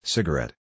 Cigarette